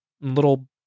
little